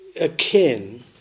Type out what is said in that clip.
akin